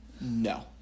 no